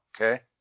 okay